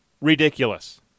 Ridiculous